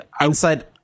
inside